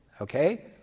Okay